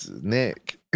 Nick